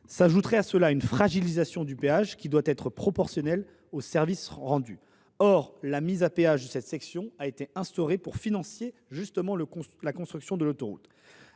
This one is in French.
S’ajouterait à cela une fragilisation du péage, qui doit être proportionnel au service rendu. Or la mise à péage de cette section a été instaurée pour financer, justement, la construction de l’autoroute.